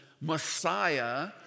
Messiah